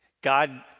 God